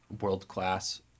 world-class